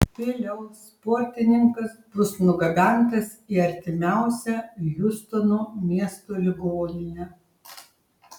vėliau sportininkas bus nugabentas į artimiausią hjustono miesto ligoninę